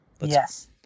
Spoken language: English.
Yes